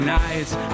nights